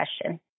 question